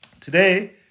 Today